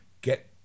get